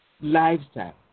lifestyle